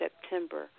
September